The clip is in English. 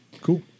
Cool